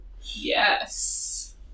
Yes